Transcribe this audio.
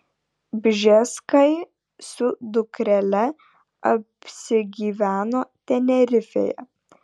bžeskai su dukrele apsigyveno tenerifėje